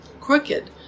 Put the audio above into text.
crooked